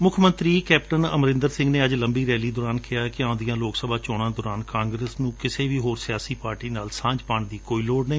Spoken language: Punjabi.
ਮੁੱਖ ਮੰਤਰੀ ਕੈਪਟਨ ਅਮਰਿੰਦਰ ਸਿੰਘ ਨੇ ਅੱਜ ਲੰਬੀ ਰੈਲੀ ਦੌਰਾਨ ਕਿਹੈ ਕਿ ਆਉਂਦੀਆਂ ਲੋਕ ਸਭਾ ਚੋਣਾਂ ਦੌਰਾਨ ਕਾਂਗਰਸ ਨੁੰ ਕਿਸੇ ਹੋਰ ਪਾਰਟੀ ਨਾਲ ਸਾਂਝ ਪਾਉਣ ਦੀ ਕੋਈ ਲੋੜ ਨਹੀਂ